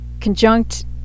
conjunct